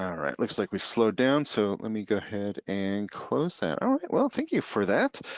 all right, looks like we slowed down. so let me go ahead and close that. all right, well thank you for that.